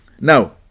Now